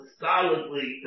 solidly